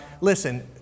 listen